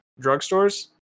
drugstores